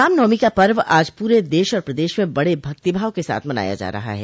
रामनवमी का पर्व आज पूरे देश और प्रदेश में बड़े भक्तिभाव के साथ मनाया जा रहा है